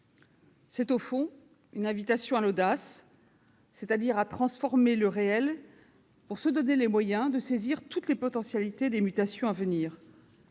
C'est au fond une invitation à l'audace, c'est-à-dire à transformer le réel pour nous donner les moyens de saisir toutes les potentialités des mutations à venir,